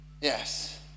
Yes